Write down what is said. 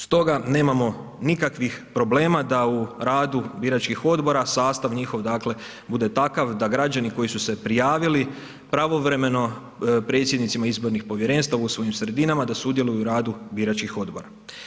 Stoga nemamo nikakvih problema da u radu biračkih odbora, sastav njihov dakle bude takav da građani koji su se prijavili pravovremeno predsjednicima izbornih povjerenstava u svojim sredinama da sudjeluju u radu biračkih odbora.